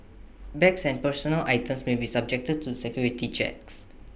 bags and personal items may be subjected to security checks